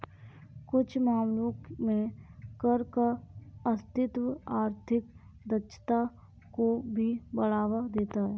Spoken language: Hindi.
कुछ मामलों में कर का अस्तित्व आर्थिक दक्षता को भी बढ़ावा देता है